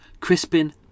Crispin